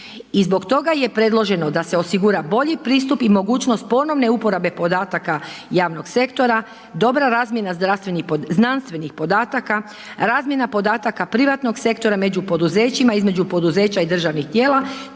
I zbog toga je predloženo da se osigura bolji pristup i mogućnost ponovne uporabe podataka javnog sektora, dobra razmjena znanstvenih podataka, razmjena podataka privatnog sektora među poduzećima između poduzeća i državnih tijela